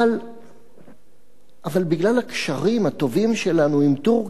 אבל בגלל הקשרים הטובים שלנו עם טורקיה